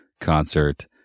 concert